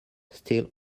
still